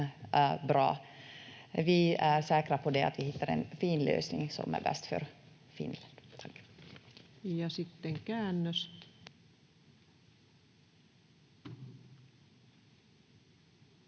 Vi är säkra på att vi hittar en fin lösning som är bäst för Finland. — Tack. [Tulkki